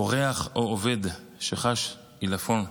אורח או עובד שחש עילפון,